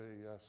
yes